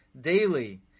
daily